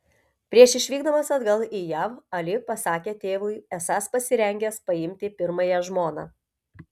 prieš išvykdamas atgal į jav ali pasakė tėvui esąs pasirengęs paimti pirmąją žmoną